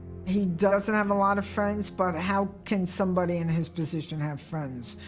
he doesn't have a lot of friends, but how can somebody in his position have friends?